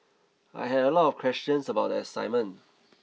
I had a lot of questions about the assignment